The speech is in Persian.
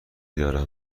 دارم